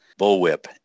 Bullwhip